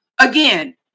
Again